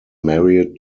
married